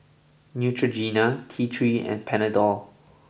Neutrogena T Three and Panadol